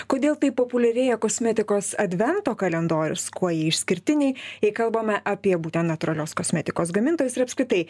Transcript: kodėl taip populiarėja kosmetikos advento kalendorius kuo jie išskirtiniai jei kalbame apie būtent natūralios kosmetikos gamintojus ir apskritai